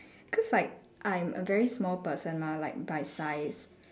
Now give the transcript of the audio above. cause like I'm a very small person mah like by size